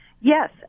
Yes